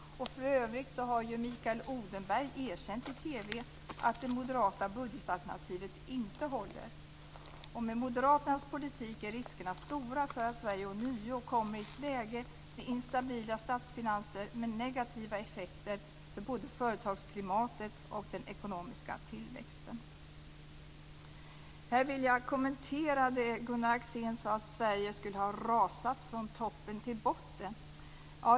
För övrigt har ju Mikael Odenberg erkänt i TV att det moderata budgetalternativet inte håller. Med Moderaternas politik är riskerna stora att Sverige ånyo kommer i ett läge med instabila statsfinanser med negativa effekter för både företagsklimatet och den ekonomiska tillväxten. Här vill jag kommentera det Gunnar Axén sade om att Sverige skulle ha rasat från toppen till botten.